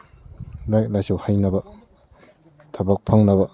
ꯂꯥꯏꯔꯤꯛ ꯂꯥꯏꯁꯨ ꯍꯩꯅꯕ ꯊꯕꯛ ꯐꯪꯅꯕ